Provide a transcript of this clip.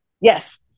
Yes